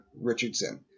Richardson